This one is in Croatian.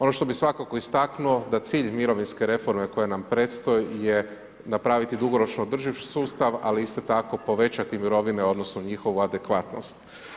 Ono što bih svakako istaknuo da cilj mirovinske reforme koja nam predstoji je napraviti dugoročno održiv sustav, ali isto tako povećati mirovine, odnosno njihovu adekvatnost.